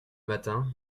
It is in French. matins